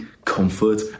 Comfort